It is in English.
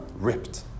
ripped